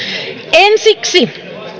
ensiksi